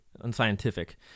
unscientific